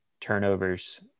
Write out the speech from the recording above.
turnovers